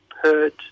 heard